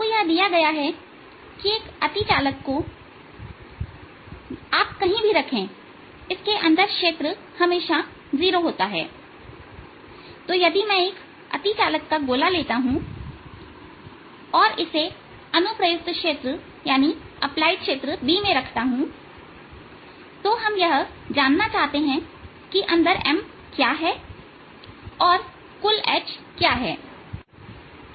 आपको यह दिया गया है कि एक अतिचालक को आप कहीं भी रखें इसकेअंदर क्षेत्र हमेशा 0 होता है तो यदि मैं एक अतिचालक का गोला लेता हूं और इसे अनुप्रयुक्त क्षेत्र B में रखता हूं तो हम यह जानना चाहते हैं कि अंदर M क्या है और कुल H क्या है